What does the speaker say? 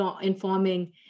informing